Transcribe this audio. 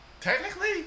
Technically